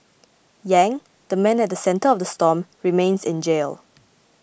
Yang the man at the centre of the storm remains in jail